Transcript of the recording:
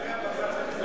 ----- היתה מועצת הרבנות